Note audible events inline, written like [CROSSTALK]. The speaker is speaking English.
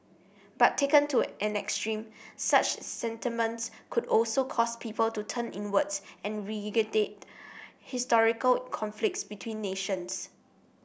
but taken to an extreme such sentiments could also cause people to turn inwards and [UNINTELLIGIBLE] historical conflicts between nations